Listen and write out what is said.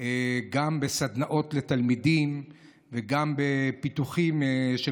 גם בסדנאות לתלמידים וגם בפיתוחים של